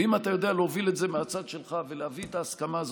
ואם אתה יודע להוביל את זה מהצד שלך ולהביא את ההסכמה הזאת,